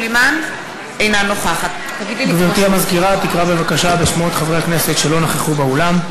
אינה נוכחת גברתי המזכירה תקרא בבקשה בשמות חברי הכנסת שלא נכחו באולם.